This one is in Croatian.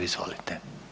Izvolite.